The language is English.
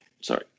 sorry